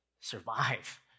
survive